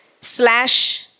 slash